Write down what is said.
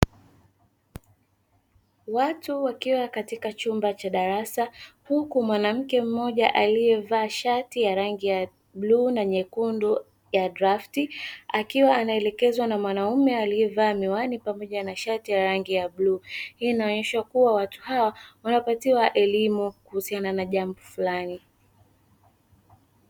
Watu wakiwa katika chumba cha darasa huku mwanamke mmoja aliyevaa shati ya rangi ya bluu na nyekundu ya drafti akiwa anaelekezwa na mwanaume aliyevaa miwani pamoja na shati ya rangi ya bluu; Hii inaonyesha kuwa watu hawa wanapatiwa elimu kuhusiana na jambo fulani.